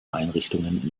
einrichtungen